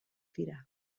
dira